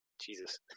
Jesus